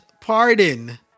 pardon